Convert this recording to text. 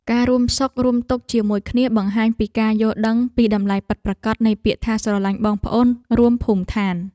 ការរួមសុខរួមទុក្ខជាមួយគ្នាបង្ហាញពីការយល់ដឹងពីតម្លៃពិតប្រាកដនៃពាក្យថាស្រឡាញ់បងប្អូនរួមភូមិឋាន។